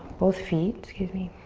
both feet, excuse me.